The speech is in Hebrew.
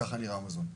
ככה יראה המזון.